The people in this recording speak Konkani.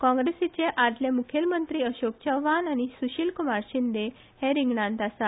काँग्रेसीचे आदले मुखेलमंत्री अशोक चव्हाण़ आनी सुशीलकुमार शिंदे हे रिंगणांत आसा